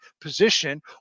position